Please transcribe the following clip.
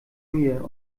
mir